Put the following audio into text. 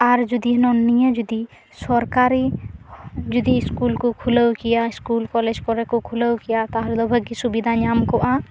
ᱟᱨ ᱡᱩᱫᱤ ᱱᱤᱭᱟᱹ ᱡᱩᱫᱤ ᱥᱚᱨᱠᱟᱨᱤ ᱡᱩᱫᱤ ᱤᱥᱠᱩᱞ ᱠᱚ ᱠᱷᱩᱞᱟᱹᱣ ᱤᱥᱠᱩᱞ ᱠᱚᱞᱮᱡᱽ ᱠᱚᱨᱮᱠᱚ ᱠᱷᱩᱞᱟᱹᱣ ᱠᱮᱭᱟ ᱛᱟᱦᱚᱞᱮ ᱫᱚ ᱵᱷᱟᱹᱜᱤ ᱥᱩᱵᱤᱫᱟ ᱧᱟᱢ ᱠᱚᱜᱼᱟ